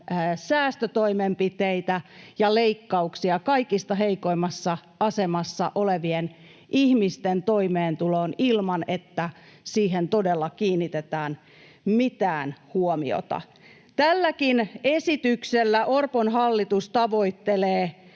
säästötoimenpiteitä ja leikkauksia kaikista heikoimmassa asemassa olevien ihmisten toimeentuloon ilman, että siihen todella kiinnitetään mitään huomiota. Tälläkin esityksellä Orpon hallitus tavoittelee